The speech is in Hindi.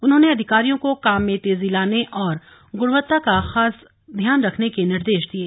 उन्होंने अधिकारियों को काम में तेजी लाने और गुणवत्ता का खास ध्यान रखने के निर्देश दिये